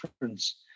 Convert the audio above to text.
difference